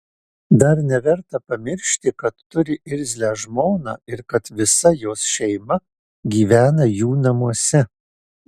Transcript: dar neverta pamiršti kad turi irzlią žmoną ir kad visa jos šeima gyvena jų namuose